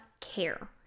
care